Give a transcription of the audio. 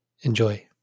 Enjoy